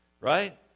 right